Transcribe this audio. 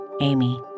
Amy